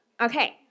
Okay